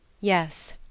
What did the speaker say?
yes